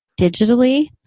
digitally